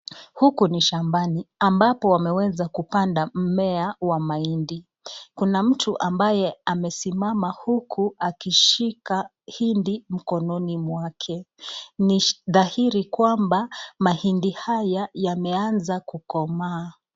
Huku ni shambani ambapo, wameweza kupanda mimea wa mahindi. Kuna mtu ambaye amesimama huku akishika hindi mkononi mwake. Ni dhahiri kwamba mahindi haya yameanza kukomaa.